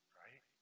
right